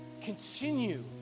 continue